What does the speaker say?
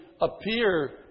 appear